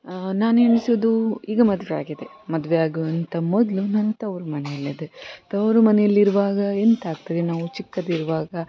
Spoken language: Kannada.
ನಾನು ಎಣ್ಸುದು ಈಗ ಮದುವೆ ಆಗಿದೆ ಮದುವೆ ಆಗೋ ಅಂಥ ಮೊದಲು ನನ್ನ ತವ್ರ್ಮನೇಲಿದ್ದೆ ತವರು ಮನೇಲಿರುವಾಗ ಎಂತ ಆಗ್ತದೆ ನಾವು ಚಿಕ್ಕದಿರುವಾಗ